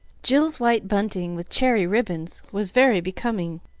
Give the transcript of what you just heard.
jill's white bunting with cherry ribbons was very becoming,